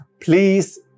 please